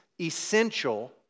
essential